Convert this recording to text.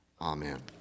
amen